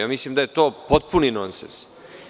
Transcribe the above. Ja mislim da je to potpuni nonsens.